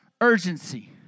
urgency